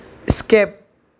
skip